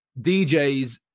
DJs